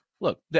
Look